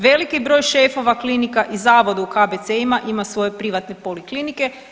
Veliki je broj šefova klinika i zavoda u KBC-ima ima svoje privatne poliklinike.